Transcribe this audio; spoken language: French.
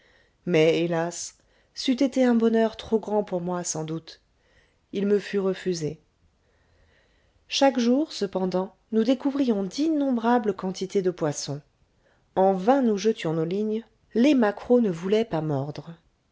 mais hélas c'eût été un bonheur trop grand pour moi sans doute il me fut refusé chaque jour cependant nous découvrions d'innombrables quantités de poissons en vain nous jetions nos lignes les maquereaux ne voulaient pas mordre